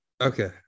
Okay